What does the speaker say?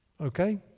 Okay